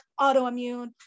autoimmune